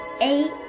Eight